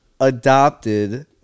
adopted